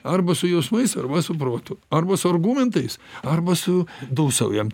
arba su jausmais arba su protu arba su argumentais arba su dūsaujam